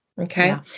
Okay